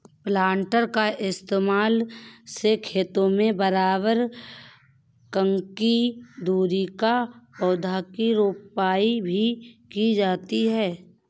planter का इस्तेमाल से खेतों में बराबर ककी दूरी पर पौधा की रोपाई भी की जाती है